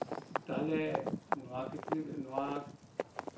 ᱛᱟᱦᱚᱞᱮ ᱱᱚᱶᱟ ᱠᱷᱮᱛᱛᱨᱮ ᱱᱚᱶᱟ